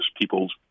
people's